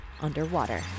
Underwater